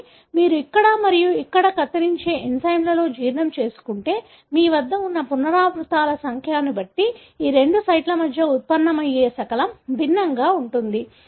కానీ మీరు ఇక్కడ మరియు ఇక్కడ కత్తిరించే ఎంజైమ్తో జీర్ణం చేసుకుంటే మీ వద్ద ఉన్న పునరావృతాల సంఖ్యను బట్టి ఈ రెండు సైట్ల మధ్య ఉత్పన్నమయ్యే శకలం భిన్నంగా ఉంటుంది